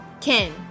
ken